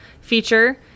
feature